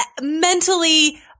mentally